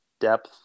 depth